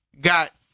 got